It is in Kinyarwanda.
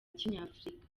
kinyafurika